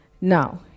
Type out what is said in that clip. now